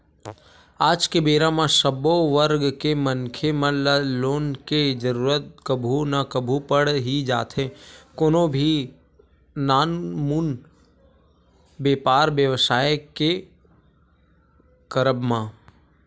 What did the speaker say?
आज के बेरा म सब्बो वर्ग के मनखे मन ल लोन के जरुरत कभू ना कभू पड़ ही जाथे कोनो भी नानमुन बेपार बेवसाय के करब म